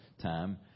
Time